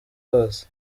hose